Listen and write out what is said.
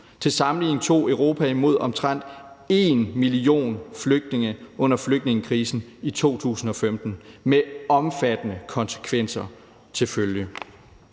Til sammenligning tog Europa imod omtrent en million flygtninge under flygtningekrisen i 2015 med omfattende konsekvenser til følge.